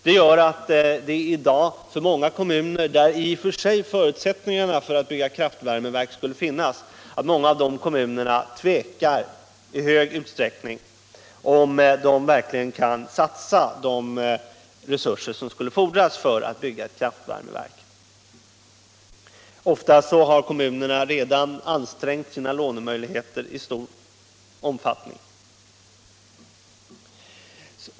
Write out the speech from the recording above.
Det gör att många av de kommuner som i och för sig har förutsättningar för att bygga kraftvärmeverk i dag tvekar inför att satsa de resurser som fordras för att bygga dessa. Ofta har kommunerna redan ansträngt sina lånemöjligheter i stor utsträckning.